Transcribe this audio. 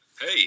hey